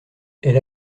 elle